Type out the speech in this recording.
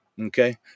Okay